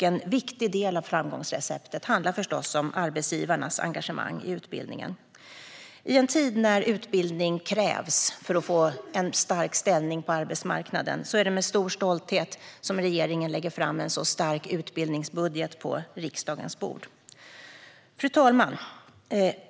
En viktig del av framgångsreceptet handlar förstås om arbetsgivarnas engagemang i utbildningen. I en tid när utbildning krävs för att man ska få en stark ställning på arbetsmarknaden är det med stor stolthet regeringen lägger fram en sådan stark utbildningsbudget på riksdagens bord. Fru talman!